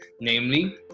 namely